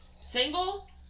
single